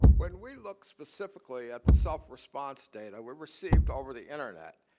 when we look specifically at the self response data we received over the internet,